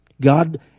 God